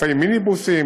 לפעמים מיניבוסים,